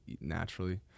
naturally